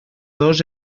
dos